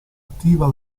attiva